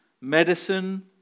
medicine